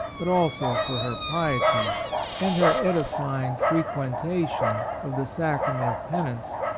but also for her piety and her edifying frequen tation of the sacrament of penance,